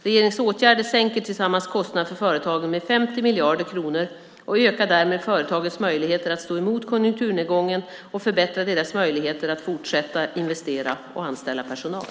Regeringens åtgärder sänker tillsammans kostnaderna för företagen med 50 miljarder kronor och ökar därmed företagens möjligheter att stå emot konjunkturnedgången och förbättrar deras möjligheter att fortsätta investera och anställa personal.